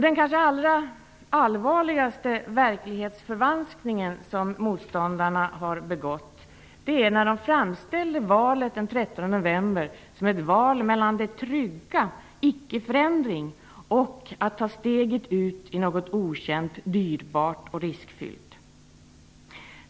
Den allvarligaste verklighetsförvanskningen som motståndarna har begått är när de framställer valet den 13 november som ett val mellan det trygga ickeförändring och att ta steget ut i något okänt, dyrbart och riskfyllt.